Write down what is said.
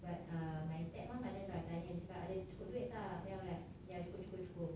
sixty oh ya ya ya I thought you talk legitimate I've ever